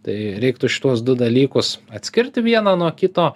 tai reiktų šituos du dalykus atskirti vieną nuo kito